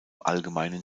allgemeinen